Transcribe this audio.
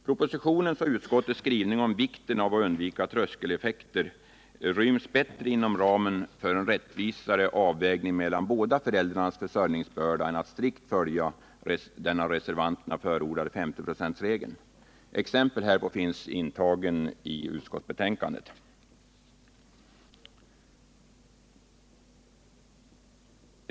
Propositionens och utskottets skrivning om vikten av att undvika tröskeleffekter ryms bättre inom ramen för en rättvisare avvägning mellan de båda föräldrarnas försörjningsbörda än om man strikt följer den av reservanterna förordade 50-procentsregeln. Exempel härpå har intagits i utskottsbetänkandet.